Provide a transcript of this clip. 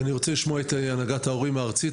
אני רוצה לשמוע את הנהגת ההורים הארצית.